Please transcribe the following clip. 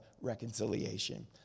reconciliation